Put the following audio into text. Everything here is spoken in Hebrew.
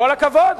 כל הכבוד.